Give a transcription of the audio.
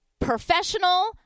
Professional